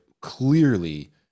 Clearly